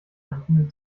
befindet